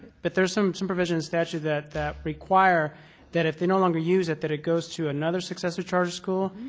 but there are some some provisions in statute that that require that if they no longer use it that it goes to another successive charter school.